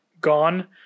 gone